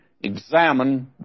examine